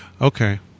Okay